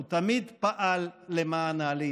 הוא תמיד פעל למען העלייה.